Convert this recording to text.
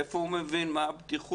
מאיפה הוא מבין מה הבטיחות?